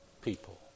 people